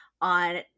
on